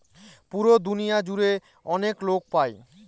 পুরো দুনিয়া জুড়ে অনেক লোক পাই